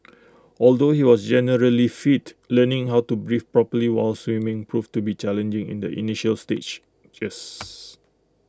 although he was generally fit learning how to breathe properly while swimming proved to be challenging in the initial stages